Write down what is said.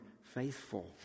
faithful